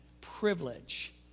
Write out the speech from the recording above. privilege